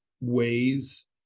ways